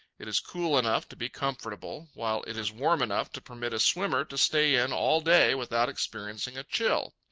it is cool enough to be comfortable, while it is warm enough to permit a swimmer to stay in all day without experiencing a chill.